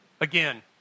Again